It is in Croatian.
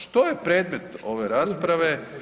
Što je predmet ove rasprave?